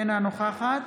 אינה נוכחת